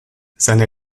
seine